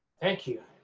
thank you,